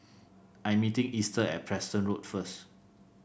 I am meeting Easter at Preston Road first